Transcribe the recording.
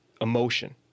emotion